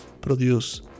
produce